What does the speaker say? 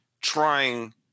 trying